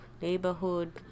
neighborhood